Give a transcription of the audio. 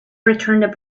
returned